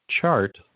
chart